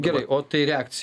gerai o tai reakcija